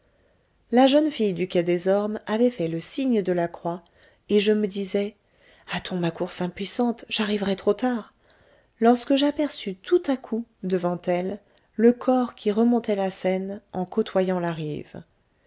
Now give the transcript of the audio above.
la jeune fille du quai des ormes avait fait le signe de la croix et je me disais hâtons ma course impuissante j'arriverai trop tard lorsque j'aperçus tout à coup devant elle le corps qui remontait la seine en côtoyant